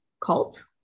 Cult